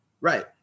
Right